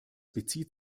bezieht